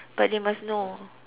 but they must know